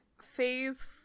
phase